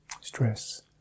stress